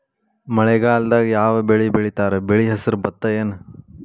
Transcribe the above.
ಮಳೆಗಾಲದಾಗ್ ಯಾವ್ ಬೆಳಿ ಬೆಳಿತಾರ, ಬೆಳಿ ಹೆಸರು ಭತ್ತ ಏನ್?